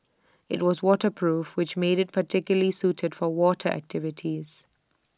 IT was waterproof which made IT particularly suited for water activities